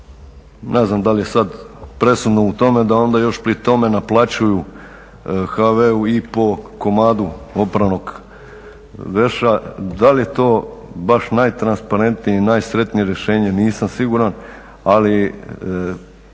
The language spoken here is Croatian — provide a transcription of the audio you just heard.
Ne znam da li je sad presudno u tome da onda još pri tome naplaćuju HV-u i po komadu opranog veša, da li je to baš najtransparentnije i najsretnije rješenje nisam siguran, ali